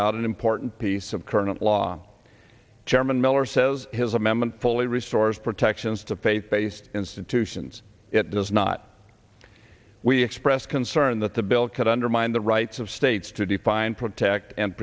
out an important piece of current law chairman miller says his amendment fully restores protections to faith based institutions it does not we expressed concern that the bill could undermine the rights of states to define protect and